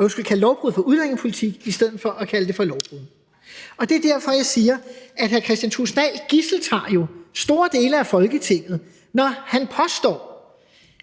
at kalde lovbrud for udlændingepolitik i stedet for at kalde det for lovbrud. Og det er derfor, jeg siger, at hr. Kristian Thulesen Dahl jo gidseltager store dele af Folketinget, når han påstår,